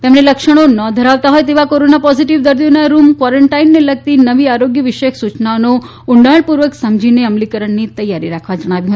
તેમણે લક્ષણોના ધરાવતા હોય ઍવા કોરોના પોઝિટિવ દર્દીઓના રૂમ કવોરેંતાઇન્ ને લગતી નવી આરોગ્ય વિષયક સૂયનાઓને ઉંડાણપૂર્વક સમજીને અમલીકરણની તૈયારી રાખવા જણાવ્યું